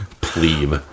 plebe